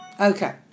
Okay